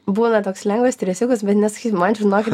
būna toks lengvas stresiukas bet nesakykit man žinokit